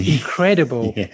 incredible